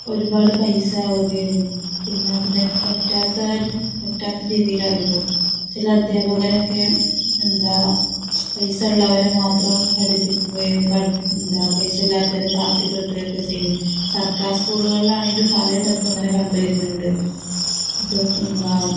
ഒരുപാട് പൈസയാവുകയും പിന്നെ അതിനെ പറ്റാത്തൊരു പറ്റാത്ത രീതിയിലായിരിക്കും ചില അദ്ധ്യാപകരൊക്കെ എന്താണ് പൈസയുള്ളവരെ മാത്രം പഠിപ്പിക്കുകയും പഠിപ്പിക്കുക എന്താണ് പൈസയില്ലാത്തവരെ താഴ്ത്തി കെട്ടുകയൊക്കെ ചെയ്യും സർക്കാർ സ്കൂളുകളിൽ ആണെങ്കിലും പലയിടത്തും അങ്ങനെ കണ്ടു വരുന്നുണ്ട് ഇത് എന്താണ്